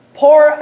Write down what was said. pour